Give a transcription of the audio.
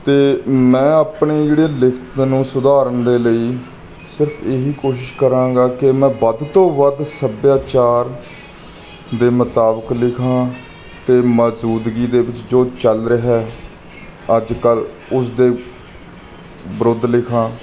ਅਤੇ ਮੈਂ ਆਪਣੀ ਜਿਹੜੀ ਲਿਖਤ ਨੂੰ ਸੁਧਾਰਨ ਦੇ ਲਈ ਸਿਰਫ਼ ਇਹੀ ਕੋਸ਼ਿਸ਼ ਕਰਾਂਗਾ ਕਿ ਮੈਂ ਵੱਧ ਤੋਂ ਵੱਧ ਸੱਭਿਆਚਾਰ ਦੇ ਮਤਾਬਕ ਲਿਖਾਂ ਅਤੇ ਮੌਜ਼ੂਦਗੀ ਦੇ ਵਿੱਚ ਜੋ ਚੱਲ ਰਿਹਾ ਅੱਜ ਕੱਲ੍ਹ ਉਸਦੇ ਵਿਰੁੱਧ ਲਿਖਾਂ